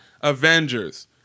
Avengers